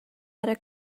other